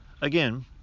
Again